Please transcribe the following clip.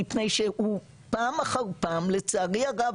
מפני שהוא פעם אחר פעם לצערי הרב,